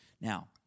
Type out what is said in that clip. Now